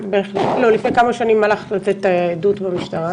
לפני כמה שנים הלכת לתת את העדות במשטרה?